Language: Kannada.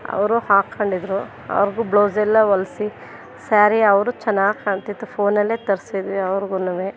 ಅವರು ಹಾಕೊಂಡಿದ್ರು ಅವ್ರಿಗೂ ಬ್ಲೌಸೆಲ್ಲ ಹೊಲ್ಸಿ ಸ್ಯಾರಿ ಅವರು ಚೆನ್ನಾಗಿ ಕಾಣ್ತಿತ್ತು ಫೋನಲ್ಲೇ ತರಿಸಿದ್ವಿ ಅವ್ರಿಗೂನುವೇ